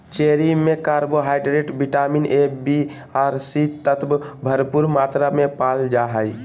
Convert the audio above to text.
cherry में carbohydrate, vitamin A, B आर C तत्व भरपूर मात्रा में पायल जा हइ